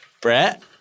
Brett